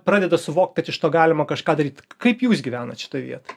pradeda suvokt kad iš to galima kažką daryt kaip jūs gyvenat šitoj vietoj